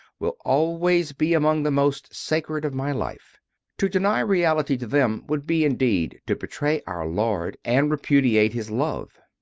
will always be among the most sacred of my life to deny reality to them would be indeed to betray our lord and repudiate his love.